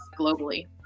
globally